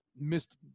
missed